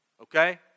okay